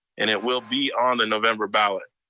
and it will be on the november ballot.